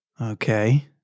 Okay